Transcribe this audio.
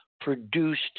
produced